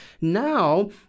now